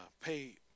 pay